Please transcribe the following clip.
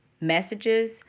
messages